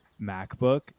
MacBook